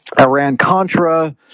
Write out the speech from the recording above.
Iran-Contra